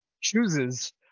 chooses